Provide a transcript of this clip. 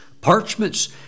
parchments